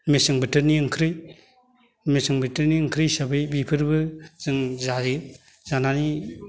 मेसें बोथोरनि ओंख्रि मेसें बोथोरनि ओंख्रि हिसाबै बेफोरबो जों जायो जानानै